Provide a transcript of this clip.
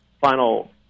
final